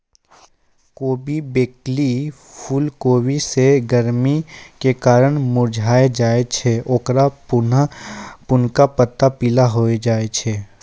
कोबी, ब्रोकली, फुलकोबी जे गरमी के कारण मुरझाय जाय छै ओकरो पुरनका पत्ता पीला होय जाय छै